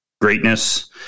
greatness